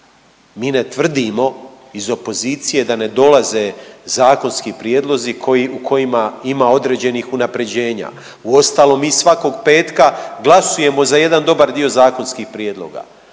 mi ne tvrdimo iz opozicije da ne dolaze zakonski prijedlozi koji, u kojima ima određenih unaprjeđenja. Uostalom, mi svakog petka glasujemo za jedan dobar dio zakonskih prijedloga,